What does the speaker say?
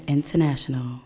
International